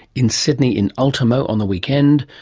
in sydney in ultimo on the weekend,